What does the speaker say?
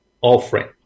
offering